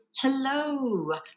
hello